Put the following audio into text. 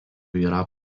yra